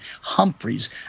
Humphreys